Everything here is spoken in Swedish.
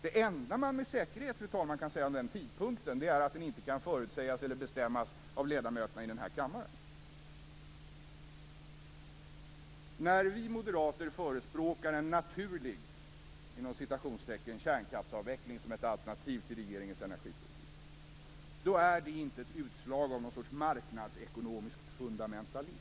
Det enda som man med säkerhet, fru talman, kan säga om den här tidpunkten är att den inte kan förutsägas eller bestämmas av ledamöterna i den här kammaren. När vi moderater förespråkar en "naturlig" kärnkraftsavveckling som ett alternativ till regeringens energipolitik är det inte ett utslag av någon sorts marknadsekonomisk fundamentalism.